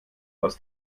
aus